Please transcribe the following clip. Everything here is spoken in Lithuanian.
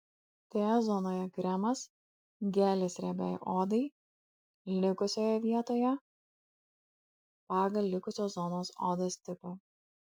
t zonoje kremas gelis riebiai odai likusioje vietoje pagal likusios zonos odos tipą